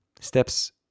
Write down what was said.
steps